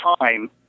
time